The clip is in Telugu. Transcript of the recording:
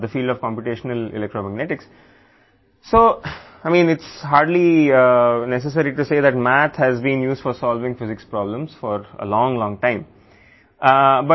కాబట్టి కంప్యూటేషనల్ ఎలక్ట్రోమాగ్నెటిక్ ఫీల్డ్ యొక్క గణిత చరిత్రకు వస్తే భౌతిక సమస్యల పరిష్కారానికి గణితం చాలాకాలంగా ఉపయోగించబడుతుందని చెప్పడం అవసరం లేదు